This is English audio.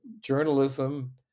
journalism